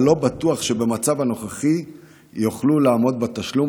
ולא בטוח שבמצב הנוכחי הם יוכלו לעמוד בתשלום.